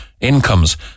incomes